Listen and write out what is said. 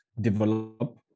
develop